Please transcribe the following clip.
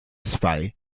zwei